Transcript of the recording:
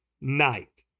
night